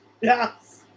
Yes